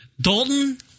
Dalton